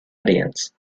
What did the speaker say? audience